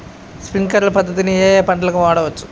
Sprinkler పద్ధతిని ఏ ఏ పంటలకు వాడవచ్చు?